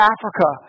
Africa